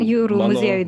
jūsų muziejuj